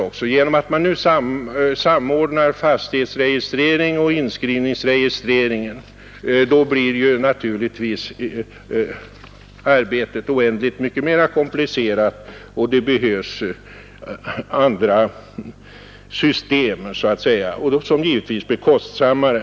Genom att man nu samordnar fastighetsregistrering och inskrivningsregistrering blir naturligtvis arbetet oändligt mycket mer komplicerat och det behövs så att säga andra system, som givetvis blir kostsammare.